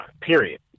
period